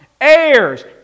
heirs